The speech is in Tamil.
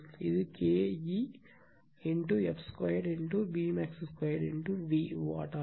இது Ke f 2 Bmax 2 V watt ஆகும்